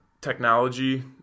technology